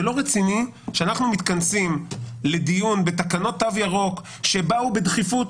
זה לא רציני שאנחנו מתכנסים לדיון בתקנות תו ירוק שבאו בדחיפות,